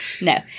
No